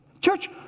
Church